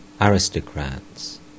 aristocrats